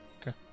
Okay